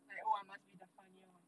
like oh I must be the funnier one